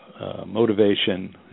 motivation